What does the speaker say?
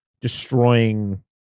destroying